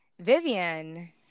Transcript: Vivian